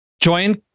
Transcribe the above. join